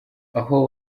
aho